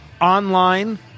Online